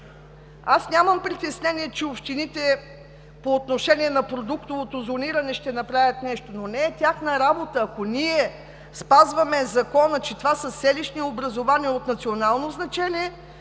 Аз нямам притеснение, че общините по отношение на продуктовото зониране ще направят нещо, но не е тяхна работа. Ако ние спазваме Закона, че това са селищни образувания от национално значение,